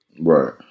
Right